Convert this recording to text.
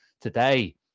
Today